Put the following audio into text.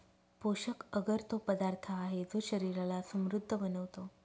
पोषक अगर तो पदार्थ आहे, जो शरीराला समृद्ध बनवतो